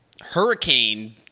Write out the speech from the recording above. hurricane